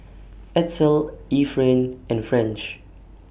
Edsel Efrain and French